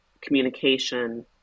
communication